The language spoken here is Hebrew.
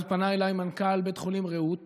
אז פנה אליי מנכ"ל בית חולים רעות